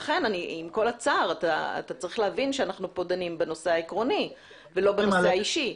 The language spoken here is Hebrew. לכן עם כל הצער עליך להבין שאנו פה דנים בנושא העקרוני ולא האישי.